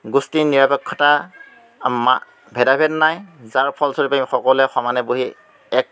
গোষ্ঠীনিৰপেক্ষতা ভেদাভেদ নাই যাৰ ফলস্বৰূপে আমি সকলোৱে সমানে বহি এক